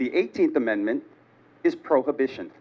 the eighteenth amendment prohibition